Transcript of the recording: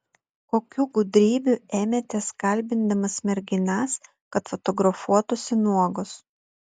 kokių gudrybių ėmėtės kalbindamas merginas kad fotografuotųsi nuogos